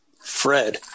Fred